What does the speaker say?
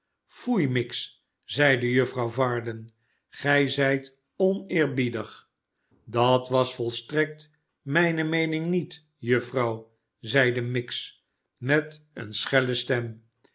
ifoei miggs zeide juffrouw varden gij zijt oneerbiedig dat was vol strekt mijne meening met juffrouw zeide miggs met eene schelle stem